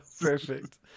Perfect